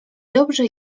dobrze